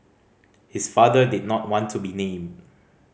his father did not want to be named